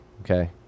Okay